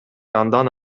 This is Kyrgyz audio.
андан